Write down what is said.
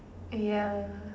ya